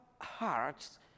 hearts